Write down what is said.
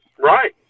Right